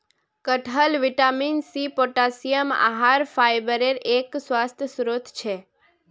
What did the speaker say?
कटहल vitamin C, potassium, आहार फाइबरेर एक स्वस्थ स्रोत छे